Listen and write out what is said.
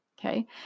Okay